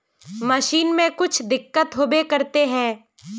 Machine में कुछ दिक्कत होबे करते है?